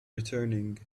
returning